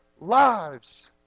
lives